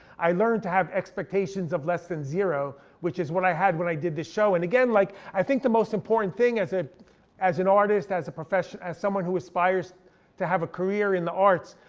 i learned to have expectations of less than zero, which is what i had when i did this show. and again, like i think the most important thing as ah as an artist, as a professional, as someone who aspires to have a career in the arts,